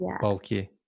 bulky